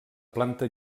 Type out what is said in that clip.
planta